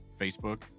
Facebook